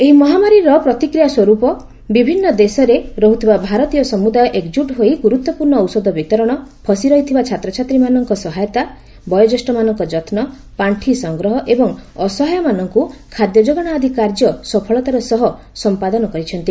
ଏହି ମହାମାରୀର ପ୍ରତିକ୍ରିୟା ସ୍ୱରୂପ ବିଭିନ୍ନ ଦେଶରେ ରହୁଥିବା ଭାରତୀୟ ସମୁଦାୟ ଏକଜୁଟ୍ ହୋଇ ଗୁରୁତ୍ୱପୂର୍ଣ୍ଣ ଔଷଧ ବିତରଣ ଫସିରହିଥିବା ଛାତ୍ରଛାତ୍ରୀମାନଙ୍କ ସହାୟତା ବୟୋଜ୍ୟେଷ୍ଠମାନଙ୍କ ଯତ୍ନ ପାଶ୍ଚି ସଂଗ୍ରହ ଏବଂ ଅସହାୟମାନଙ୍କୁ ଖାଦ୍ୟ ଯୋଗାଣ ଆଦି କାର୍ଯ୍ୟ ସଫଳତାର ସହ ସମ୍ପାଦନ କରିଛନ୍ତି